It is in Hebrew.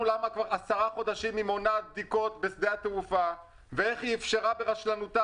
למה כבר 10 חודשים היא מונעת בדיקות בשדה התעופה ואיך היא אפשרה ברשלנותה